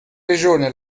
regione